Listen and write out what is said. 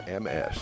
MS